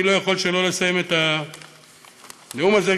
אני לא יכול לסיים את הנאום הזה,